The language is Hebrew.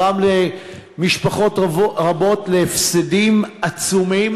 גרם למשפחות רבות הפסדים עצומים.